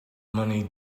money